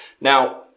Now